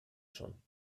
schon